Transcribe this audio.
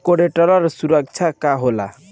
Collateral सुरक्षा का होला?